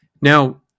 Now